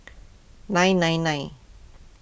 nine nine nine